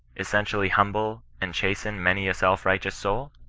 essentially humble and chasten many a self-righteous soul?